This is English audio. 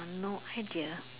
no head gear